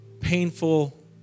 painful